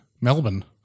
Melbourne